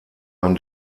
man